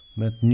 met